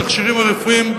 התכשירים הרפואיים,